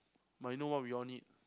but I know what we all need